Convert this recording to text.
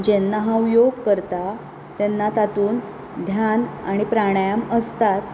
जेन्ना हांव योग करतां तेन्ना तातूंत ध्यान आनी प्राणायम असताच